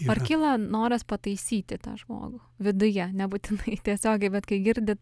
ar kyla noras pataisyti tą žmogų viduje nebūtinai tiesiogiai bet kai girdit